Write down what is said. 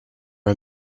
are